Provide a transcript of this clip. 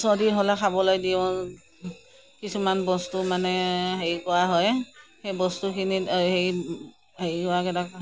চদি হ'লে খাবলৈ দিওঁ কিছুমান বস্তু মানে হেৰি কৰা হয় সেই বস্তুখিনিত সেই হেৰি হোৱাকেইটা